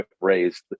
raised